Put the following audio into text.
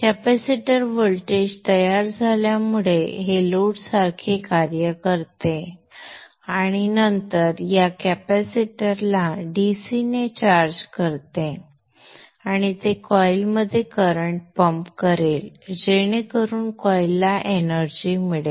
capacitor voltage तयार झाल्यामुळे हे लोडसारखे कार्य करते आणि नंतर या कॅपेसिटरला DC ने चार्ज करते आणि ते कॉइलमध्ये करंट पंप करेल जेणेकरून कॉइलला एनर्जी मिळेल